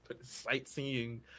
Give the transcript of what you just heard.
Sightseeing